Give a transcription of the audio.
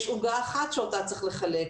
יש עוגה אחת שאותה צריך לחלק,